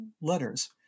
letters